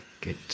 Good